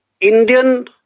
Indian